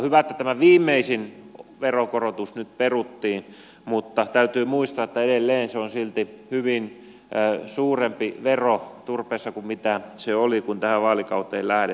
hyvä että tämä viimeisin veronkorotus nyt peruttiin mutta täytyy muistaa että edelleen turpeessa vero on silti suurempi kuin se oli kun tähän vaalikauteen lähdettiin